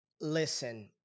Listen